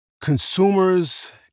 consumers